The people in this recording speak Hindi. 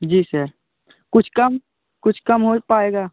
जी सर कुछ कम कुछ कम हो पाएगा